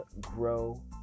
grow